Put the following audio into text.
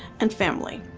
and family.